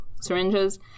syringes